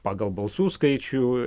pagal balsų skaičių